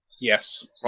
Yes